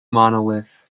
monolith